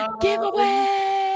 Giveaway